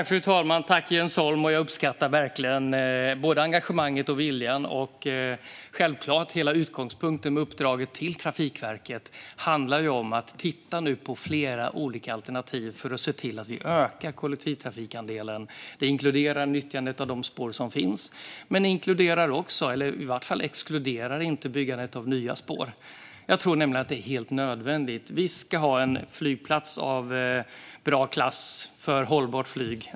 Fru talman! Jag tackar Jens Holm. Jag uppskattar verkligen engagemanget och viljan. Självklart handlar hela utgångspunkten för uppdraget till Trafikverket om att man ska titta på flera olika alternativ för att öka kollektivtrafikandelen. Det inkluderar nyttjandet av de spår som finns och exkluderar inte byggandet av nya spår. Jag tror nämligen att det är helt nödvändigt. Vi ska ha en flygplats av bra klass för hållbart flyg.